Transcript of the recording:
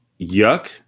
yuck